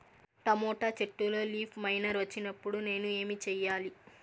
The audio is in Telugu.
టమోటా చెట్టులో లీఫ్ మైనర్ వచ్చినప్పుడు నేను ఏమి చెయ్యాలి?